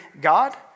God